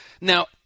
Now